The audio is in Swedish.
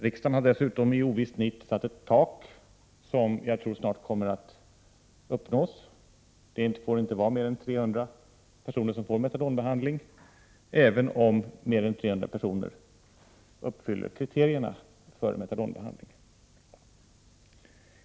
Riksdagen har dessutom i ovist nit satt ett tak på 300 personer som skall få genomgå metadonbehandling, även om fler personer uppfyller kriterierna för metadonbehandling. Detta tak tror jag snart har uppnåtts.